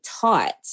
taught